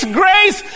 grace